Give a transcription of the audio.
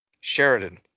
Sheridan